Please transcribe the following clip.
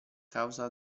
causa